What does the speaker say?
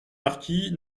marquis